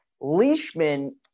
leishman